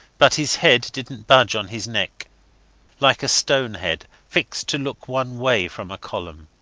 but his head didnt budge on his neck like a stone head fixed to look one way from a column.